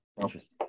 interesting